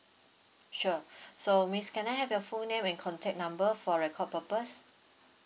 sure so miss can I have your full name and contact number for record purpose